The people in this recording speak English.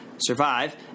Survive